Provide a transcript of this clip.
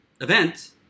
event